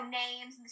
names